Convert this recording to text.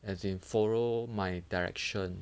as in follow my direction